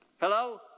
Hello